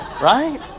Right